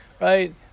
right